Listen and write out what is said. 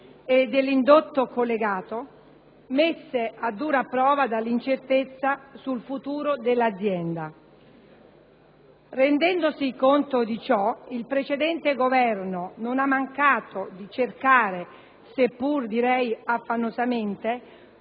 e dell'indotto, messe a dura prova dall'incertezza sul futuro dell'azienda. Rendendosi conto di ciò, il precedente Governo non ha mancato di cercare, seppur affannosamente,